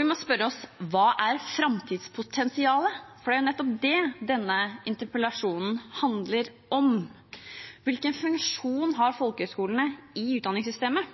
Vi må spørre oss: Hva er framtidspotensialet? For det er nettopp det denne interpellasjonen handler om. Hvilken funksjon har folkehøgskolene i utdanningssystemet?